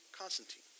Constantine